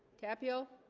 tapio